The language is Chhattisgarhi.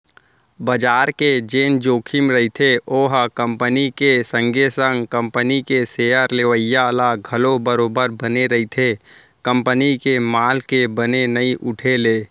बजार के जेन जोखिम रहिथे ओहा कंपनी के संगे संग कंपनी के सेयर लेवइया ल घलौ बरोबर बने रहिथे कंपनी के माल के बने नइ उठे ले